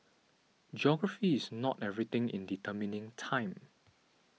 geography is not everything in determining time